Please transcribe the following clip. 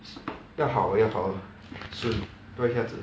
要好了要好了 soon 多一下子